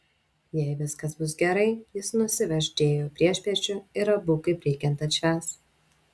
jei viskas bus gerai jis nusives džėjų priešpiečių ir abu kaip reikiant atšvęs